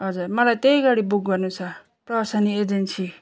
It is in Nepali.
हजुर मलाई त्यही गाडी बुक गर्नु छ प्रसन एजेन्सी